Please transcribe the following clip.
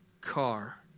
car